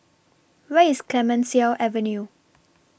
Where IS Clemenceau Avenue